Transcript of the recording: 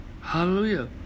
Hallelujah